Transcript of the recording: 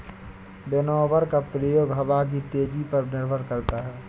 winnower का प्रयोग हवा की तेजी पर निर्भर करता है